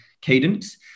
cadence